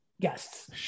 guests